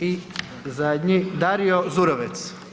I zadnji, Dario Zurovec.